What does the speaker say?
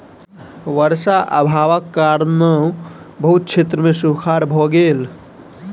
वर्षा अभावक कारणेँ बहुत क्षेत्र मे सूखाड़ भ गेल